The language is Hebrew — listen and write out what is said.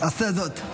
עשה זאת.